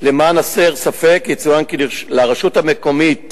למען הסר ספק, יצוין כי לרשות המקומית